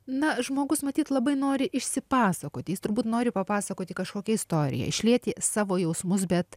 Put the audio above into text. na žmogus matyt labai nori išsipasakoti jis turbūt nori papasakoti kažkokią istoriją išlieti savo jausmus bet